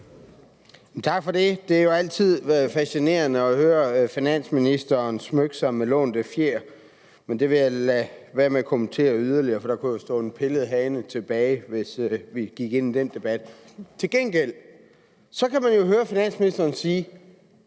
Tak for det. Det er jo altid fascinerende at høre finansministeren smykke sig med lånte fjer, men det vil jeg lade være med at kommentere yderligere, for der kunne jo stå en afpillet hane tilbage, hvis vi gik ind i den debat. Til gengæld kan man jo høre finansministeren sige: